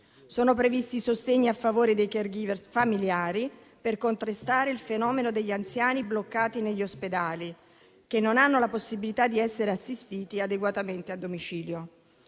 Sono previsti sostegni a favore dei *caregiver* familiari per contrastare il fenomeno degli anziani bloccati negli ospedali, che non hanno la possibilità di essere assistiti adeguatamente a domicilio.